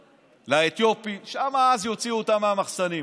לאתיופים, אז יוציאו אותן מהמחסנים.